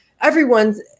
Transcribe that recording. everyone's –